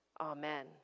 amen